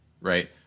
right